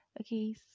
okay